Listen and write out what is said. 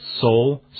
soul